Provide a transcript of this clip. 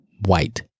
white